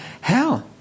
hell